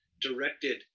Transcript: directed